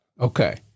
Okay